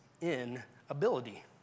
inability